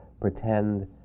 pretend